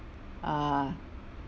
uh